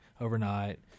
overnight